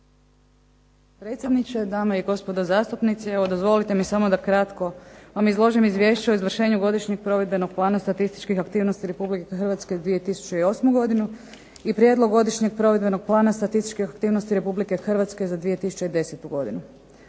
potpredsjedniče, dame i gospodo zastupnici. Evo dozvolite mi samo da kratko vam izložim izvješće o izvršenju godišnjeg provedbenog plana statističkih aktivnosti Republike Hrvatske 2008. godinu, i prijedlog godišnjeg provedbenog plana statističkih aktivnosti Republike Hrvatske za 2010. godinu.